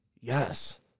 Yes